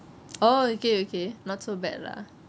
oh okay okay not so bad lah